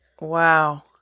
Wow